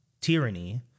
tyranny